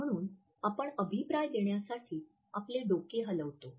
म्हणून आपण अभिप्राय देण्यासाठी आपल्या डोके हलवतो